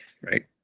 right